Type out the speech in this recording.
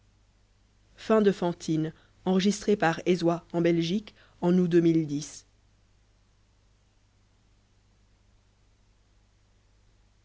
de guizot de